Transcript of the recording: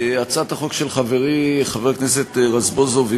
הצעת החוק של חברי חבר הכנסת רזבוזוב היא